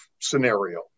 scenario